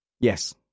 Yes